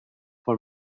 for